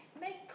make